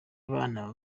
bana